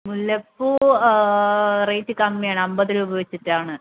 മുല്ലപ്പൂ റേയ്റ്റ് കമ്മിയാണ് അമ്പത് രൂപ വെച്ചിട്ടാണ്